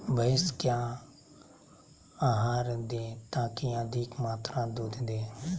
भैंस क्या आहार दे ताकि अधिक मात्रा दूध दे?